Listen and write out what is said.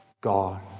God